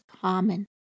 common